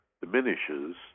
diminishes